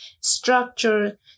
structure